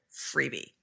freebie